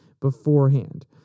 beforehand